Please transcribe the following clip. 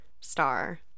star